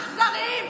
אכזריים.